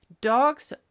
Dogs